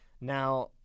Now